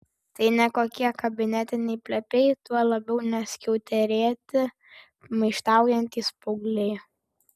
tai ne kokie kabinetiniai plepiai tuo labiau ne skiauterėti maištaujantys paaugliai